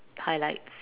highlights